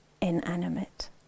inanimate